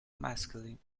masculine